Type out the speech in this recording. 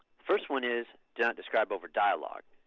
first one is do not describe over dialogue.